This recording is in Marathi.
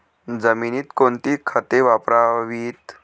जमिनीत कोणती खते वापरावीत?